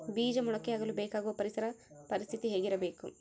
ಬೇಜ ಮೊಳಕೆಯಾಗಲು ಬೇಕಾಗುವ ಪರಿಸರ ಪರಿಸ್ಥಿತಿ ಹೇಗಿರಬೇಕು?